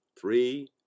Three